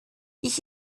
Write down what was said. ich